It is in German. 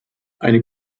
eine